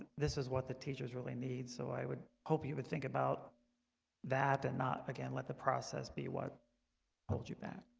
this is what the teachers really need. so i would hope you would think about that and not again let the process be what hold you back